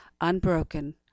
Unbroken